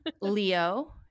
Leo